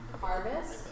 Harvest